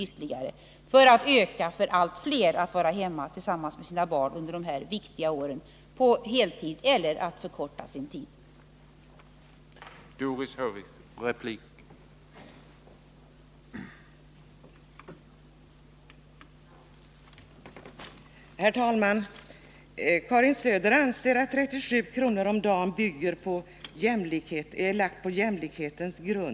Det skulle ge allt flera möjlighet att på heltid vara hemma hos sina barn under de viktiga åren eller att förkorta sin arbetstid.